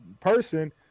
person